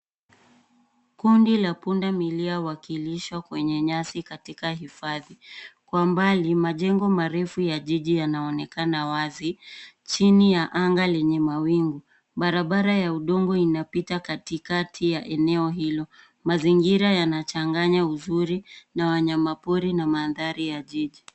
Kundi la punda milia wakilishwa kwenye nyasi katika hifadhi. Kwa mbali majengo marefu ya jiji yanaonekana wazi chini ya anga lenye mawingu, barabara ya udongo inapita katikati ya eneo hilo mazingira yanachanganya uzuri na wanyama pori na mandhari ya jiji.